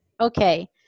okay